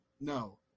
No